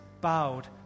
bowed